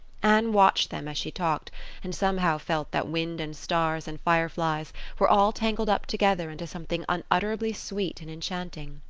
anne watched them as she talked and somehow felt that wind and stars and fireflies were all tangled up together into something unutterably sweet and enchanting.